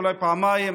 אולי פעמיים,